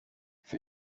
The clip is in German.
für